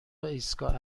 ایستگاه